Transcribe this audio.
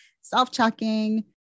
self-checking